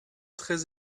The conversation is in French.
très